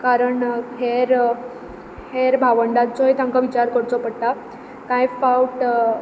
कारण हेर हेर भावंडांचो तांकां विचार करचो पडटा कांय फावट